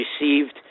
received